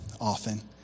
often